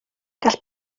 gall